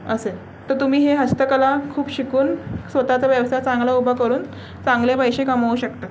असेल तर तुम्ही हे हस्तकला खूप शिकून स्वत चा व्यवसाय चांगला उभा करून चांगले पैसे कमवू शकतात